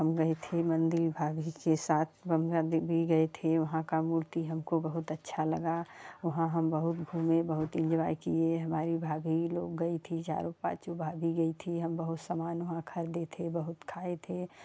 हम गए थे मंदिर भाभी के साथ गंगा देवी गए थे वहाँ का मूर्ति हमको बहुत अच्छा लगा वहाँ हम बहुत घूमे बहुत एंजॉय किए हमारी भाभी लोग गई थी चारों पाँचों भाभी गई थीं हम बहुत समान वहाँ खरीदे थे बहुत खाए थे